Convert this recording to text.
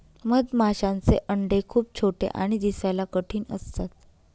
मधमाशांचे अंडे खूप छोटे आणि दिसायला कठीण असतात